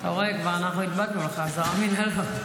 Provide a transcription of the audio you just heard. אתה רואה, אנחנו כבר איבדנו אותך, שר המינהלות.